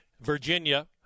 Virginia